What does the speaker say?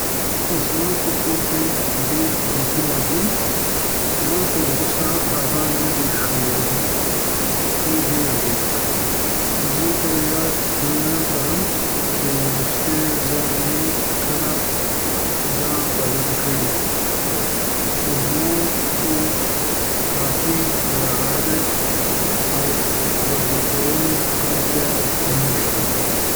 زما په کور کې ډېر ګروپونه دي، ما تر اوسه هغه نه دي شمېرلي، خو ډېر دي. زه په یاد نه لرم چې وروستی ځل مې کله دا بدل کړی و. خو زما کور کافي رڼا لري او د بدلولو اړتیا نشته.